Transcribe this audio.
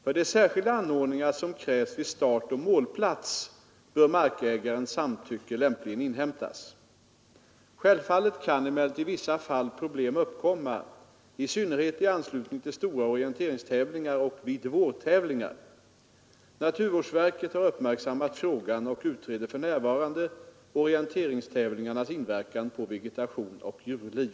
För de särskilda anordningar som krävs vid startoch målplats bör markägarens samtycke lämpligen inhämtas. Självfallet kan emellertid i vissa fall problem uppkomma, i synnerhet i anslutning till stora orienteringstävlingar och vid vårtävlingar. Naturvårdsverket har uppmärksammat frågan och utreder för närvarande orienteringstävlingarnas inverkan på vegetation och djurliv.